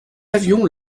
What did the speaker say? avions